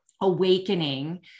awakening